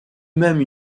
même